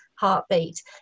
heartbeat